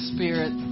Spirit